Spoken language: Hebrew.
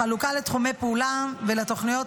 החלוקה לתחומי פעולה ולתכניות,